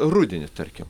rudenį tarkim